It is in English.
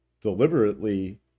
deliberately